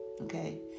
Okay